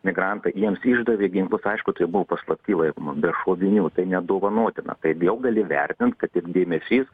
migrantai jiems išdavė ginklus aišku tai buvo paslapty laikoma be šovinių tai nedovanotina kaip jau gali vertint kad ir dėmesys